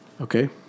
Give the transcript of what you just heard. Okay